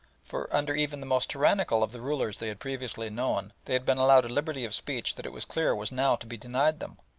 for under even the most tyrannical of the rulers they had previously known they had been allowed a liberty of speech that it was clear was now to be denied them,